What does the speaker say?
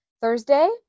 Thursday